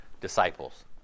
disciples